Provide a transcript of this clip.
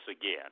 again